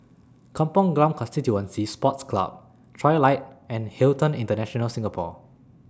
Kampong Glam Constituency Sports Club Trilight and Hilton International Singapore